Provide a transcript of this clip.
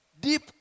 Deep